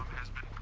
has been